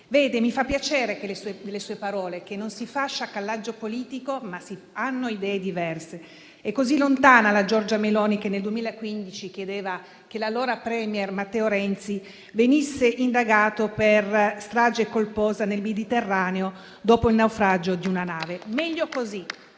Mi fanno piacere le sue parole secondo cui non si fa sciacallaggio politico, ma si hanno idee diverse. È così lontana la Giorgia Meloni che nel 2015 chiedeva che l'allora *premier* Matteo Renzi venisse indagato per strage colposa nel Mediterraneo, dopo il naufragio di una nave.